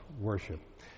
worship